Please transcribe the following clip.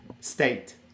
state